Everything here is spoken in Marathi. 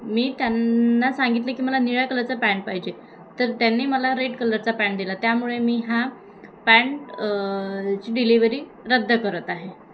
मी त्यांना सांगितले की मला निळ्या कलरचा पॅन्ट पाहिजे तर त्यांनी मला रेड कलरचा पॅन्ट दिला त्यामुळे मी हा पॅन्ट ची डिलेवरी रद्द करत आहे